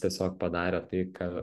tiesiog padarė tai ka